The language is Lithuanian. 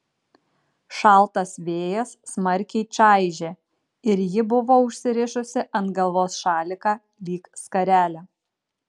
šaltas vėjas smarkiai čaižė ir ji buvo užsirišusi ant galvos šaliką lyg skarelę